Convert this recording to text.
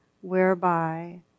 whereby